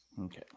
Okay